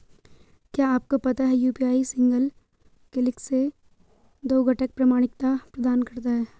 क्या आपको पता है यू.पी.आई सिंगल क्लिक से दो घटक प्रमाणिकता प्रदान करता है?